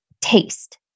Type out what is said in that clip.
taste